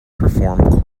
perform